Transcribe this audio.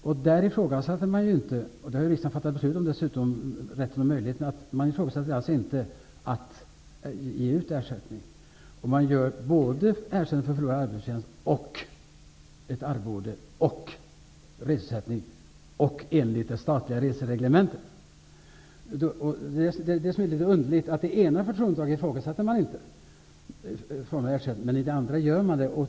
I det fallet ifrågasätts inte ersättningen, i vilken det ingår såväl ersättning för förlorad arbetsförtjänst som ett arvode och reseersättning enligt det statliga resereglementet. Det är litet underligt att man inte ifrågasätter ersättningen i det ena fallet medan man gör det i det andra.